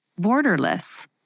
borderless